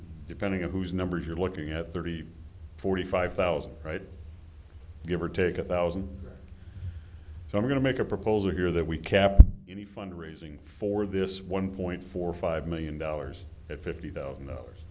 depending on whose numbers you're looking at thirty forty five thousand right give or take a thousand so i'm going to make a proposal here that we kept in the fund raising for this one point four five million dollars at fifty thousand dollars